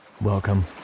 Welcome